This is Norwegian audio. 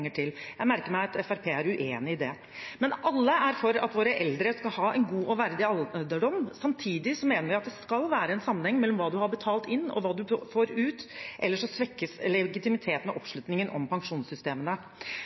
til. Jeg merker meg at Fremskrittspartiet er uenig i det. Alle er for at våre eldre skal ha en god og verdig alderdom. Samtidig mener vi at det skal være en sammenheng mellom hva man har betalt inn, og hva man får ut. Ellers svekkes legitimiteten og